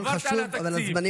אנחנו לא עומדים